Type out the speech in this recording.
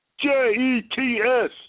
J-E-T-S